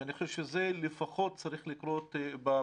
ואני חושב שזה לפחות צריך לקרות במקומות